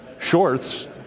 shorts